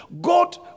God